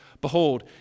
behold